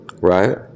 Right